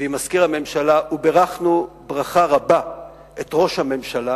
ועם מזכיר הממשלה, ובירכנו ברכה רבה את ראש הממשלה